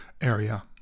area